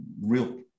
real